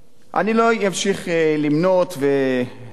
אני לא אמשיך למנות ולשבח,